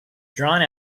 drawn